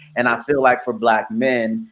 and i feel like for black men,